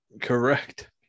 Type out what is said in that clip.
Correct